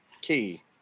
key